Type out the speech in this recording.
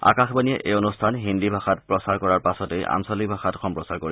আকাশবাণীয়ে এই অনুষ্ঠান হিন্দী ভাষাত প্ৰচাৰ কৰাৰ পাছতেই আঞ্চলিক ভাষাত সম্প্ৰচাৰ কৰিব